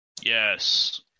Yes